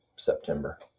September